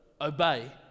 obey